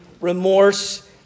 remorse